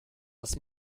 das